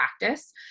practice